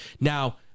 Now